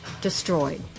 destroyed